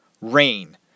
Rain